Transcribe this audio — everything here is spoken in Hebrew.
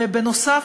ובנוסף,